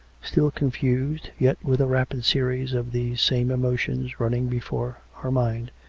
still confused, yet with a rapid series of these same emo tions running before her mind,